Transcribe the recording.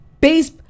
base